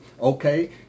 Okay